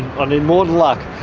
i need more than luck!